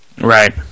Right